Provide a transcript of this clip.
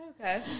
Okay